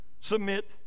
submit